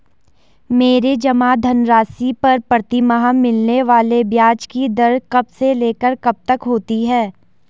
मेरे जमा धन राशि पर प्रतिमाह मिलने वाले ब्याज की दर कब से लेकर कब तक होती है?